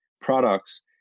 products